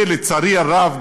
ולצערי הרב,